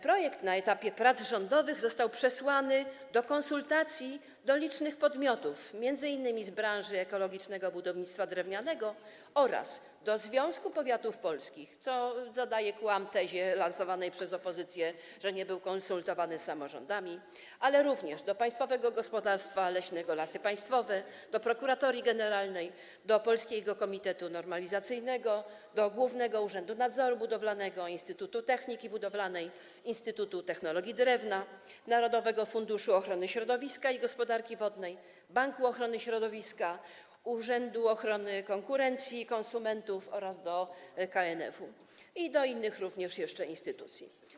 Projekt na etapie prac rządowych został przesłany do konsultacji do licznych podmiotów, m.in. z branży ekologicznego budownictwa drewnianego, oraz do Związku Powiatów Polskich, co zadaje kłam tezie lansowanej przez opozycję, że nie był on konsultowany z samorządami, ale również do Państwowego Gospodarstwa Leśnego Lasy Państwowe, do Prokuratorii Generalnej, do Polskiego Komitetu Normalizacyjnego, do Głównego Urzędu Nadzoru Budowlanego, Instytutu Techniki Budowlanej, Instytutu Technologii Drewna, Narodowego Funduszu Ochrony Środowiska i Gospodarki Wodnej, Banku Ochrony Środowiska, Urzędu Ochrony Konkurencji i Konsumentów oraz do KNF-u i również jeszcze do innych instytucji.